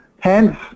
hence